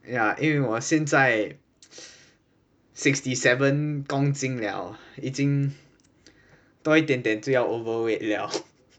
yeah 因为我现在 sixty-seven 公斤了已经多一点点就要 overweight 了